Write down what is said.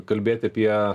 kalbėti apie